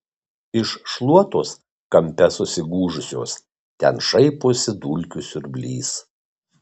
iš šluotos kampe susigūžusios ten šaiposi dulkių siurblys